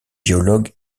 géologue